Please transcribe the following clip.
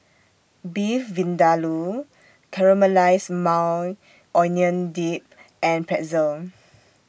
Beef Vindaloo Caramelized Maui Onion Dip and Pretzel